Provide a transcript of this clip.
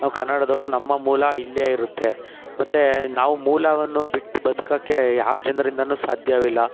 ನಾವು ಕನ್ನಡದವ್ರು ನಮ್ಮ ಮೂಲ ಇಲ್ಲೇ ಇರುತ್ತೆ ಮತ್ತು ನಾವು ಮೂಲವನ್ನು ಬಿಟ್ಟು ಬದ್ಕೋಕ್ಕೆ ಯಾವ ಜನ್ರಿಂದಲೂ ಸಾಧ್ಯವಿಲ್ಲ